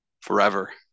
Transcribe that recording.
forever